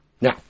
Now